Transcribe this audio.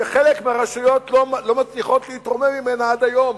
שחלק מהרשויות לא מצליחות להתרומם ממנה עד היום,